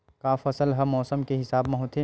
का फसल ह मौसम के हिसाब म होथे?